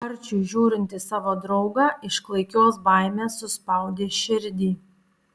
arčiui žiūrint į savo draugą iš klaikios baimės suspaudė širdį